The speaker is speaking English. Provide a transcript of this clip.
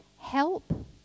help